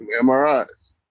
MRIs